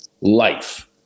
life